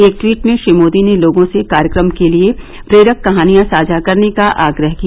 एक ट्वीट में श्री मोदी ने लोगों से कार्यक्रम के लिए प्रेरक कहानियां साझा करने का आग्रह किया